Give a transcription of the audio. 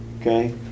Okay